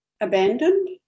abandoned